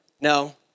no